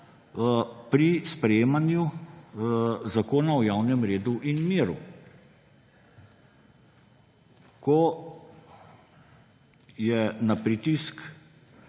pri sprejemanju zakona o javnem redu in miru, ko je na pritisk